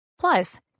Plus